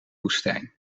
woestijn